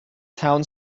town